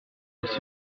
contre